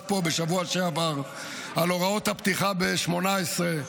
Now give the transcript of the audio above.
פה בשבוע שעבר על הוראות הפתיחה באש ב-2018,